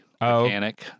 mechanic